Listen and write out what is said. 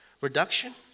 reduction